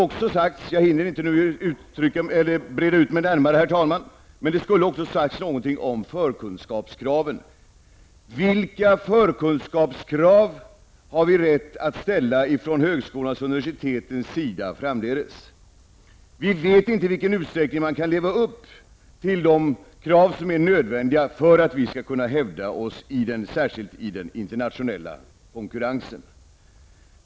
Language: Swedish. Jag hinner inte breda ut mig nu, men något skulle ha sagts om förkunskapskraven. Vilka förkunskapskrav har högskolan och universiteten rätt att ställa framdeles? Vi vet inte i vilken utsträckning man kan leva upp till de krav som är nödvändiga för att vi skall kunna hävda oss särskilt i den internationella konkurrensen.